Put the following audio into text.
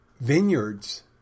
vineyards